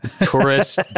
Tourist